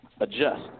adjust